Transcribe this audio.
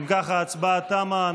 אם כך, ההצבעה תמה.